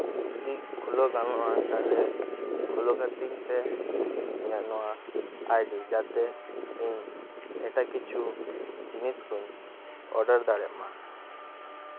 ᱡᱩᱫᱤ ᱠᱷᱩᱞᱟᱹᱣ ᱜᱟᱱᱚᱜᱼᱟ ᱛᱟᱦᱞᱮ ᱠᱷᱩᱞᱟᱹᱣ ᱠᱟᱹᱛᱤᱧ ᱯᱮ ᱤᱧᱟᱹᱜ ᱱᱚᱣᱟ ᱟᱭᱰᱤ ᱡᱟᱛᱮ ᱤᱧ ᱮᱴᱟᱜ ᱠᱤᱪᱷᱩ ᱡᱤᱱᱤᱥ ᱠᱚᱧ ᱚᱨᱰᱟᱨ ᱫᱟᱲᱮᱜ ᱢᱟ